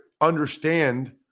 understand